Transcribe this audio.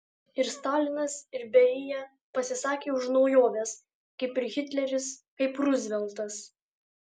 ir stalinas ir berija pasisakė už naujoves kaip ir hitleris kaip ruzveltas